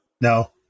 No